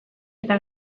eta